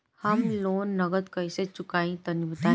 हम लोन नगद कइसे चूकाई तनि बताईं?